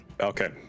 Okay